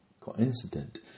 coincident